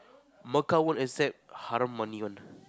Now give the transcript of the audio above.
Macau won't accept haram money one